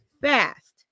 fast